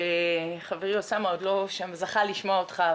חברי עוד לא זכה לשמוע אותך,